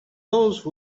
those